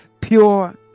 pure